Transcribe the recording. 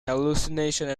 hallucinations